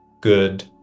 good